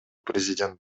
президент